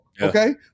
Okay